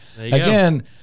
again